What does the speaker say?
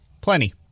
Plenty